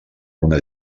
una